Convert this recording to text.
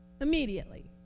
immediately